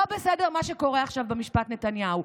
לא בסדר מה שקורה עכשיו במשפט נתניהו,